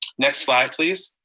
next slide please.